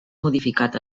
modificat